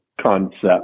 concept